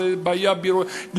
זו בעיה ביורוקרטית.